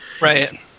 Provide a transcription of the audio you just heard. right